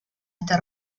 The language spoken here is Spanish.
este